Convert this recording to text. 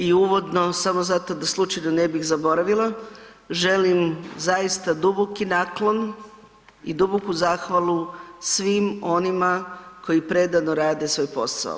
I uvodno samo zato da slučajno ne bih zaboravila, želim zaista duboki naklon i duboku zahvalu svim onima koji predano rade svoj posao.